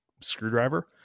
screwdriver